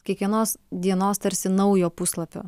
kiekvienos dienos tarsi naujo puslapio